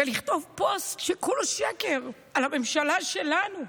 ולכתוב פוסט שהוא כולו שקר על הממשלה שלנו,